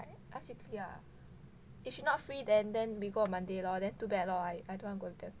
ask yuki ah if she not free than then we go on monday lor then too bad loh I don't want to go with them